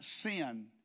sin